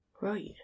Right